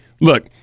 look